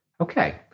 Okay